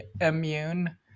immune